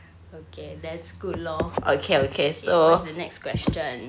okay that's good lor so the next question